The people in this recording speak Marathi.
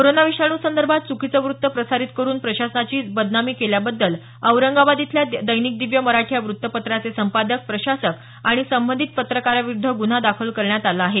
कोरोना विषाणूसंदर्भात चुकीचं वृत्त प्रसारित करुन प्रशासनाची बदनामी केल्याबद्दल औरंगाबाद इथल्या दैनिक दिव्य मराठी या वृत्तपत्राचे संपादक प्रशासक आणि संबंधित पत्रकाराविरुद्ध गुन्हा दाखल करण्यात आला आहे